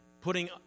putting